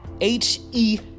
H-E